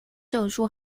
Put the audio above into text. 证书